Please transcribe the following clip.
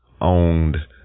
Owned